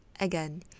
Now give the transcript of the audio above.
again